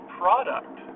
product